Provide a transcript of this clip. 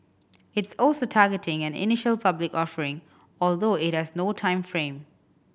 it's also targeting an initial public offering although it has no time frame